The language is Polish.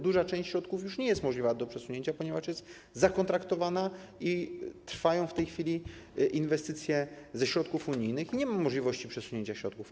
Duża część środków już nie jest możliwa do przesunięcia, ponieważ jest zakontraktowana, trwają w tej chwili inwestycje ze środków unijnych i nie ma możliwości przesunięcia środków.